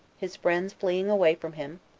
his friends fleeing away from him,